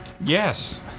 Yes